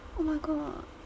oh my god